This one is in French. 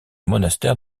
monastère